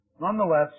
Nonetheless